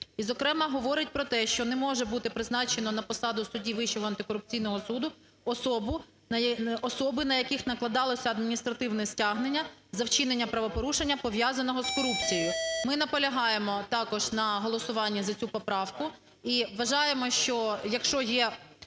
і, зокрема, говорить про те, що не може бути призначено на посаду судді Вищого антикорупційного суду особи, на яких накладалося адміністративне стягнення за вчинення правопорушення, пов'язаного з корупцією. Ми наполягаємо також на голосуванні за цю поправку і вважаємо, що якщо є